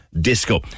disco